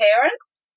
parents